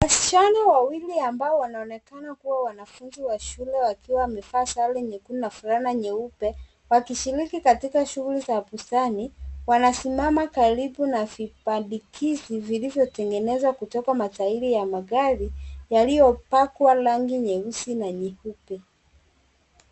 Wasicahana wawili ambao wanaonekana kuwa wanafunzi wa shule wakiwa wamevaa sare nyekundu na fulana nyeupe, wakishiriki katika shughuli za bustani, wanasimama karibu na vibandikizi vilivyotengenezwa kutoka matairi ya magari yaliyopakwa rangi nyeusi na nyeupe.